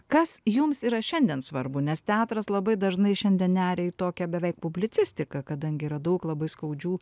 kas jums yra šiandien svarbu nes teatras labai dažnai šiandien neria į tokią beveik publicistiką kadangi yra daug labai skaudžių